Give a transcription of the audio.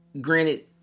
granted